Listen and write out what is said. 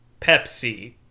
Pepsi